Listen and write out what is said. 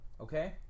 okay